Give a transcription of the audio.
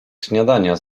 śniadania